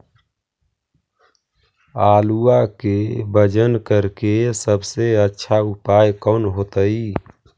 आलुआ के वजन करेके सबसे अच्छा उपाय कौन होतई?